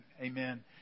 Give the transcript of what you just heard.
Amen